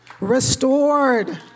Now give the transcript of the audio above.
restored